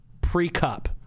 pre-cup